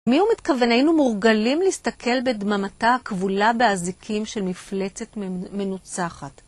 מי הוא מתכוון? היינו מורגלים להסתכל בדממתה הכבולה באזיקים של מפלצת מנוצחת.